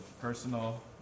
personal